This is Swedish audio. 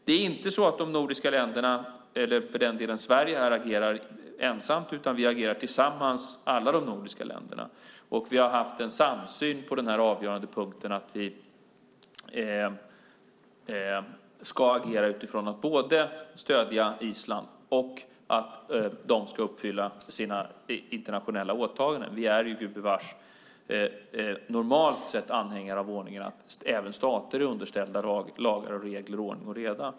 Det är inte så att Sverige och de andra nordiska länderna agerar ensamma, utan vi agerar tillsammans. Vi har haft en samsyn på den avgörande punkten att vi ska agera utifrån att Island ska stödjas och att de ska uppfylla sina internationella åtaganden. Vi är gubevars normalt sett anhängare av ordningen att även stater är underställda lagar och regler, ordning och reda.